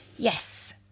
Yes